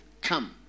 come